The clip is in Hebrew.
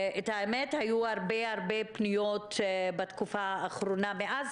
היו הרבה הרבה פניות בתקופה האחרונה מאז